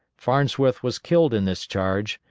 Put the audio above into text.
farnsworth was killed in this charge,